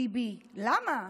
ביבי: למה?